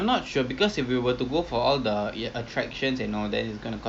can also then luge macam laju lah a bit too fast don't you think so